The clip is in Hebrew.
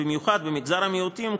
ובמיוחד במגזר המיעוטים,